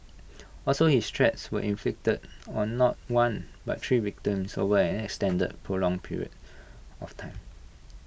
also his threats were inflicted on not one but three victims over an extended and prolong period of time